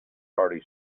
hearty